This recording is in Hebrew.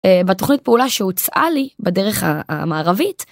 בתוכנית פעולה שהוצעה לי בדרך המערבית.